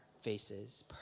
faces